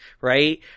right